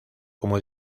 como